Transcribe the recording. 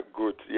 good